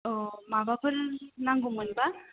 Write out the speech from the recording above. अ माबाफोर नांगौमोनबा